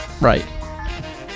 Right